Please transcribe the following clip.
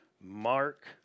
Mark